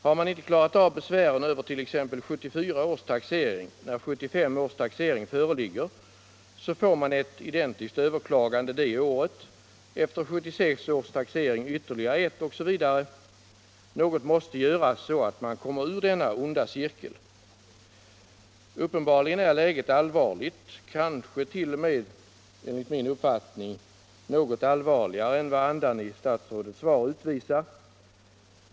Har man inte klarat av besvären över t.ex. 1974 års taxering när 1975 års taxering föreligger, får man ett identiskt överklagande det året, efter 1976 års taxering ytterligare ett osv. Något måste göras, så att man kommer ur denna onda cirkel! Uppenbarligen är läget allvarligt, kansket.o.m. enligt min uppfattning något allvarligare än andan i statsrådets svar utvisar.